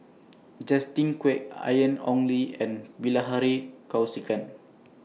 Justin Quek Ian Ong Li and Bilahari Kausikan